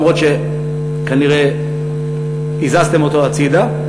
אף-על-פי שכנראה הזזתם אותו הצדה,